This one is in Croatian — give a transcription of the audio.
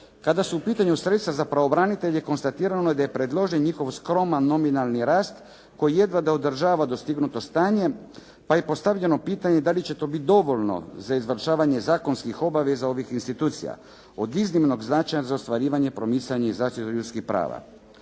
Kada su u pitanju sredstva za pravobranitelje, konstatirano je da je predložen njihov skroman nominalni rast koji jedva da održava dostignuto stanje, pa je postavljeno pitanje da li će to biti dovoljno za izvršavanje zakonskih obaveza ovih institucija od iznimnog značaja za ostvarivanje, promicanje i zaštitu ljudskih prava.